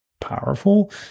powerful